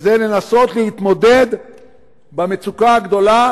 וזה לנסות להתמודד במצוקה הגדולה,